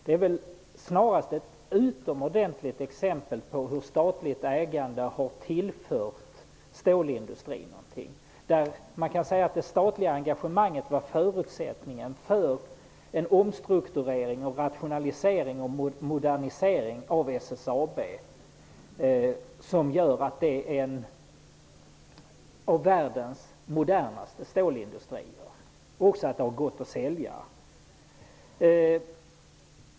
Det är väl snarast ett utomordentligt exempel på hur statligt ägande har tillfört stålindustrin någonting. Man kan säga att det statliga engagemanget var förutsättningen för en omstrukturering, rationalisering och modernisering av SSAB och har gjort den till en av världens modernaste stålindustrier som det har gått att sälja.